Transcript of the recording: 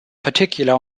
particular